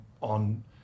on